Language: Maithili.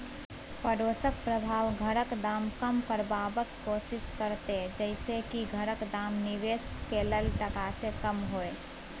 पडोसक प्रभाव घरक दाम कम करबाक कोशिश करते जइसे की घरक दाम निवेश कैल टका से कम हुए